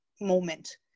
moment